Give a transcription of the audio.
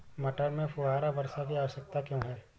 मटर में फुहारा वर्षा की आवश्यकता क्यो है?